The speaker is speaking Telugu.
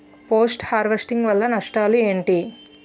పోస్ట్ హార్వెస్టింగ్ వల్ల నష్టాలు ఏంటి?